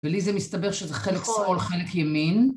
ולי זה מסתבר שזה חלק שמאל, חלק ימין.